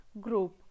group